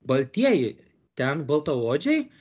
baltieji ten baltaodžiai